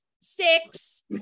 six